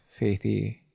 faithy